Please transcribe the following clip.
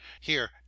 Here